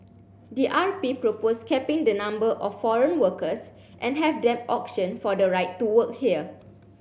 the R P proposed capping the number of foreign workers and have them auction for the right to work here